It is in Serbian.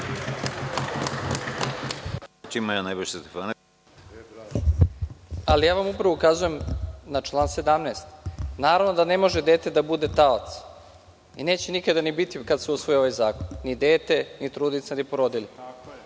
Upravo vam ukazujem na član 17. Naravno da ne može dete da bude taoc i neće nikada ni biti kada se usvoji ovaj zakon, ni dete, ni trudnica, ni porodilja. Žao